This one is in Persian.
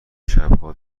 شبها